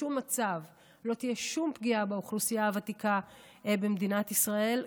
בשום מצב לא תהיה שום פגיעה באוכלוסייה הוותיקה במדינת ישראל,